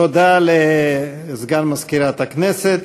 תודה לסגן מזכירת הכנסת.